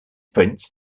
prints